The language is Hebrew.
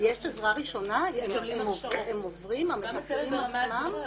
יש עזרה ראשונה, הם עוברים המטפלים עצמם?